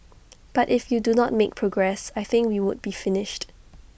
but if you do not make progress I think we would be finished